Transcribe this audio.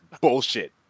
bullshit